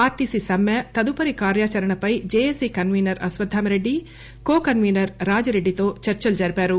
RTC సమ్మె తదుపరి కార్యాచరణపై JAC convener Ashwatthama Reddy co convener రాజిరెడ్డితో చర్చలు జరిపారు